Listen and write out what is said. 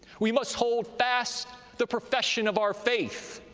we must hold fast the profession of our faith